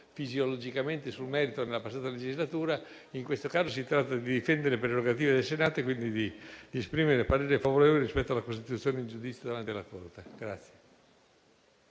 fisiologicamente sul merito nella passata legislatura, in questo caso si tratta di difendere le prerogative del Senato e quindi di esprimere parere favorevole rispetto alla costituzione in giudizio davanti alla Corte